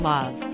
Love